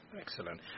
Excellent